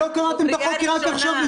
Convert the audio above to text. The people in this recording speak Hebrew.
-- לא קראתם את החוק כי רק עכשיו הם